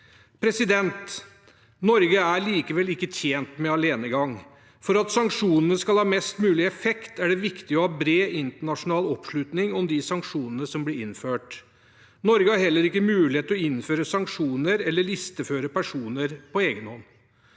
fornuftig. Norge er likevel ikke tjent med alenegang. For at sanksjonene skal ha mest mulig effekt, er det viktig å ha bred internasjonal oppslutning om de sanksjonene som blir innført. Norge har heller ikke mulighet til å innføre sanksjoner eller listeføre personer på egen hånd.